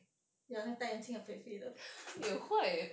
ya 那戴眼镜的肥肥的